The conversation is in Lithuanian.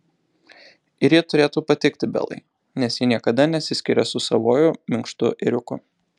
ir ji turėtų patikti belai nes ji niekada nesiskiria su savuoju minkštu ėriuku